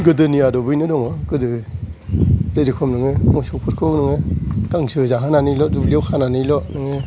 गोदोनि आदबैयैनो दङ गोदो जेरेखम नोंङो मोसौ फोरखौ नोङो गांसो जाहोनानै ल' दुब्लियाव खानानै ल' नोङो